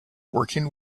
working